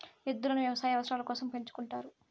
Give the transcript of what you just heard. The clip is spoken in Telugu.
ఎద్దులను వ్యవసాయ అవసరాల కోసం పెంచుకుంటారు